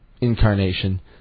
incarnation